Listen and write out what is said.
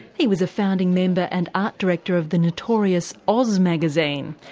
he was a founding member and art director of the notorious oz magazine,